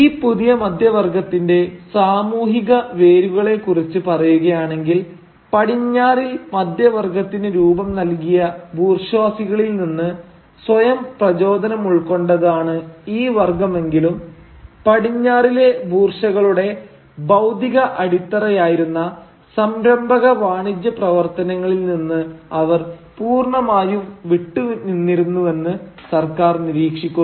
ഈ പുതിയ മധ്യവർഗത്തിന്റെ സാമൂഹിക വേരുകളെ കുറിച്ച് പറയുകയാണെങ്കിൽ പടിഞ്ഞാറിൽ മധ്യവർഗത്തിന് രൂപം നൽകിയ ബൂർഷ്വാസികളിൽ നിന്ന് സ്വയം പ്രചോദനമുൾക്കൊണ്ടതാണ് ഈ വർഗ്ഗമെങ്കിലും പടിഞ്ഞാറിലെ ബൂർഷകളുടെ ഭൌതിക അടിത്തറ ആയിരുന്ന സംരംഭക വാണിജ്യ പ്രവർത്തനങ്ങളിൽ നിന്ന് അവർ പൂർണ്ണമായും വിട്ടു നിന്നിരുന്നുവെന്ന് സർക്കാർ നിരീക്ഷിക്കുന്നു